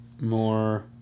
more